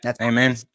Amen